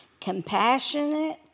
Compassionate